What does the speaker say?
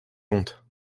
comptes